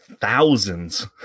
thousands